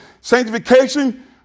sanctification